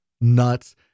nuts